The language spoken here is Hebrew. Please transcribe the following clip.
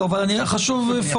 יש לנו עשר דקות.